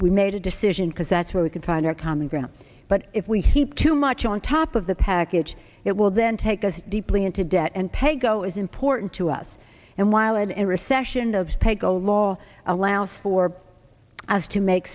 we made a decision because that's where we can find our common ground but if we keep too much on top of the package it will then take us deeply into debt and paygo is important to us and while i'm in recession of spago law allows for as to make